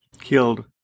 killed